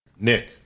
Nick